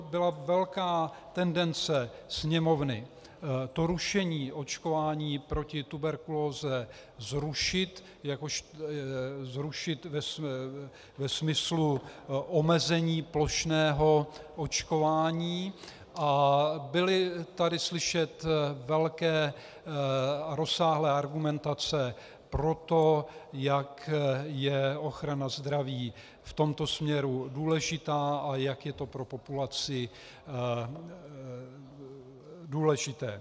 Byla velká tendence sněmovny to rušení očkování proti tuberkulóze zrušit ve smyslu omezení plošného očkování a byly tady slyšet velké a rozsáhlé argumentace pro to, jak je ochrana zdraví v tomto směru důležitá a jak je to pro populaci důležité.